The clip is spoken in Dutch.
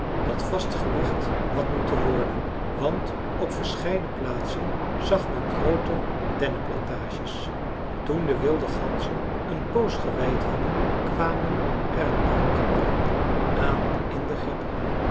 dat vast gelegd had moeten worden want op verscheiden plaatsen zag men groote dennenplantages toen de wilde ganzen een poos geweid hadden kwamen er een paar kinderen aan in den greppel